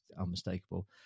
unmistakable